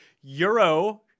Euro